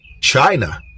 China